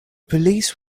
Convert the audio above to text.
police